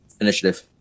initiative